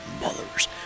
mother's